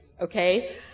okay